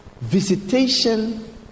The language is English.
visitation